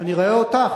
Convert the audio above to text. אני רואה אותך,